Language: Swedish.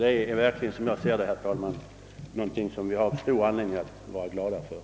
Det är, herr talman, någonting som vi har stor anledning att vara glada åt.